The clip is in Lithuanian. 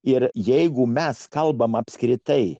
ir jeigu mes kalbame apskritai